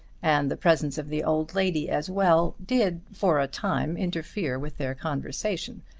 and the presence of the old lady as well, did for a time interfere with their conversation.